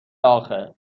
آخه